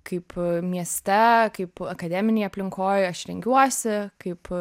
kaip mieste kaip akademinėj aplinkoj aš rengiuosi kaip